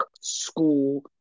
school